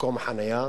מקום חנייה